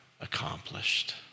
accomplished